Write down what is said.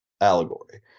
allegory